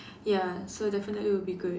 ya so definitely will be good